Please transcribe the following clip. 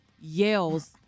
yells